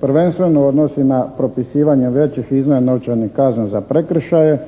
prvenstveno odnosi na propisivanje većih iznosa novčanih kazna za prekršaje